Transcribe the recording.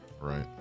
Right